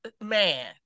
man